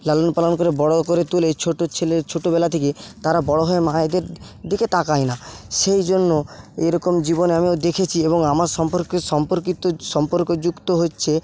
লালন পালন করে বড়ো করে তুলে ছোট ছেলে ছোটবেলা থেকে তারা বড়ো হয়ে মায়েদের দিকে তাকায় না সেইজন্য এই রকম জীবনে আমিও দেখেছি এবং আমার সম্পর্কেও সম্পর্কিত সম্পর্কযুক্ত হচ্ছে